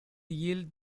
yield